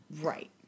Right